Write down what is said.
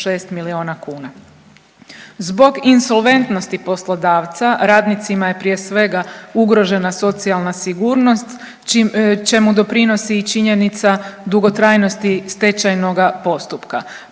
846 milijuna kuna. Zbog insolventnosti poslodavca, radnicima je prije svega ugrožena socijalna sigurnost, čemu doprinosi i činjenica dugotrajnosti stečajnoga postupka.